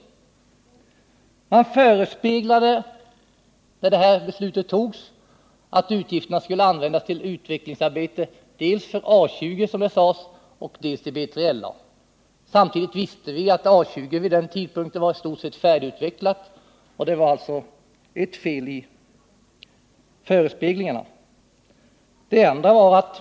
Man förespeglade oss, när det här beslutet fattades, att utgifterna skulle användas till utvecklingsarbete för dels A 20, dels B3LA. Samtidigt visste vi dock att A 20 vid den tidpunkten var i stort sett färdigutvecklat. Det är alltså ett fel härvidlag.